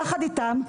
יחד איתם,